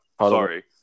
Sorry